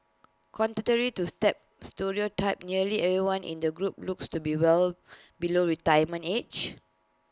contrary to step stereotype nearly everyone in the group looks to be well below retirement age